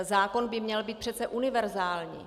Zákon by měl být přece univerzální.